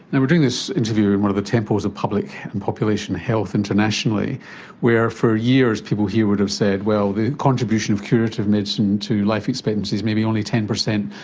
and we're doing this interview in one of the temples of public and population health internationally where for years people here would have said, well, the contribution of curative medicine to life expectancy is maybe only ten percent,